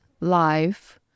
life